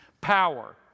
Power